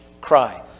cry